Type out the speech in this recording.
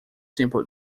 simple